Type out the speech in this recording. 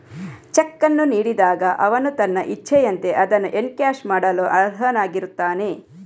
check ಅನ್ನು ನೀಡಿದಾಗ ಅವನು ತನ್ನ ಇಚ್ಛೆಯಂತೆ ಅದನ್ನು ಎನ್ಕ್ಯಾಶ್ ಮಾಡಲು ಅರ್ಹನಾಗಿರುತ್ತಾನೆ